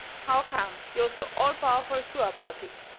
how-come yo' so all-powerful suah about hit?